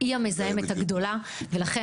היא המזהמת הגדולה ולכן,